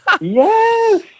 Yes